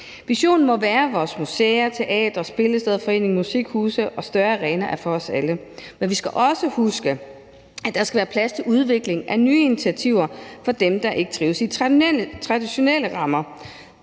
Visionen må være, at vores museer, teatre, spillesteder, foreninger, musikhuse og større arenaer er for os alle, men vi skal også huske, at der skal være plads til udvikling af nye initiativer for dem, der ikke trives i traditionelle rammer.